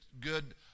good